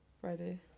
Friday